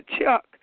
chuck